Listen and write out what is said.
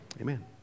Amen